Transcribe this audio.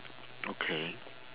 okay